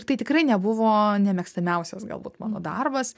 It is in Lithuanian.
tai tikrai nebuvo nemėgstamiausias galbūt mano darbas